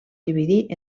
dividir